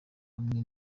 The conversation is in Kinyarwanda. hamwe